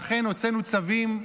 ואכן הצווים,